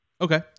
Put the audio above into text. Okay